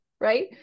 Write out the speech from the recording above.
right